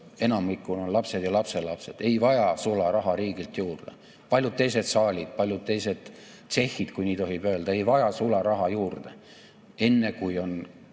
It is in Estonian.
enamikul meist on lapsed ja lapselapsed, ei vaja sularaha riigilt juurde. Paljud teised saalid, paljud teised tsehhid, kui nii tohib öelda, ei vaja sularaha juurde. Enne, kui on